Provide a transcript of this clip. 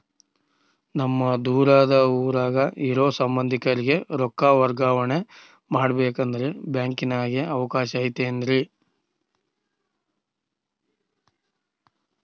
ನಮ್ಮ ದೂರದ ಊರಾಗ ಇರೋ ಸಂಬಂಧಿಕರಿಗೆ ರೊಕ್ಕ ವರ್ಗಾವಣೆ ಮಾಡಬೇಕೆಂದರೆ ಬ್ಯಾಂಕಿನಾಗೆ ಅವಕಾಶ ಐತೇನ್ರಿ?